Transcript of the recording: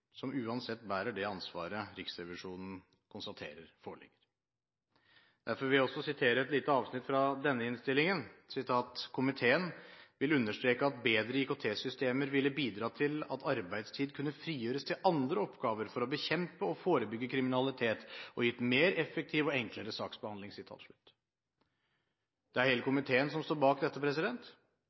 som uansett bærer det ansvaret som Riksrevisjonen konstaterer foreligger. Derfor vil jeg også sitere et lite avsnitt fra denne innstillingen: «Komiteen vil understreke at bedre ikt-systemer ville bidratt til at arbeidstid kunne frigjøres til andre oppgaver for å bekjempe og forebygge kriminalitet, og gitt mer effektiv og enklere saksbehandling.» Det er hele komiteen som står bak dette,